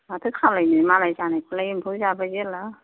माथो खालामनो मालाय जानायखौलाय एम्फौ जाबाय जेला